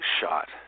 shot